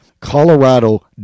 Colorado